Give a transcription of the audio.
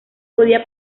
podía